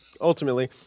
ultimately